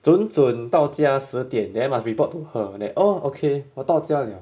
准准到家十点 there must report to her then orh okay 我到家了